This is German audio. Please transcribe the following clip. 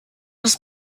ist